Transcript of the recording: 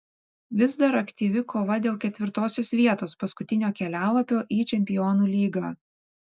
vis dar aktyvi kova dėl ketvirtosios vietos paskutinio kelialapio į čempionų lygą